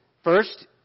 First